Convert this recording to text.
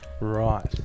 Right